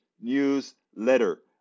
newsletter